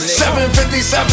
757